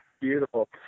beautiful